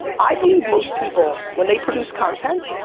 i believe most people, when they produce content,